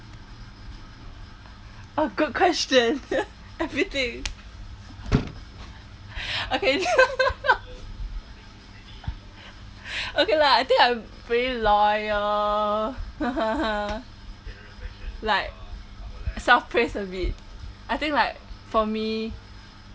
oh good question everything okay okay lah I think I'm really loyal like self praise a bit I think like for me